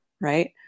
right